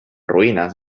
ruïnes